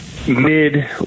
Mid